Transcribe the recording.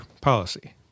policy